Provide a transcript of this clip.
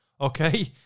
Okay